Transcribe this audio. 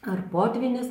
ar potvynis